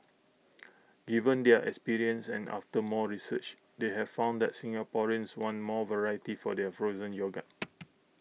given their experience and after more research they have found that Singaporeans want more variety for their frozen yogurt